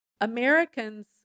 Americans